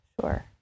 Sure